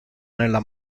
nella